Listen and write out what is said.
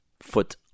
foot